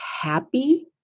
happy